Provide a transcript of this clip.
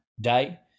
day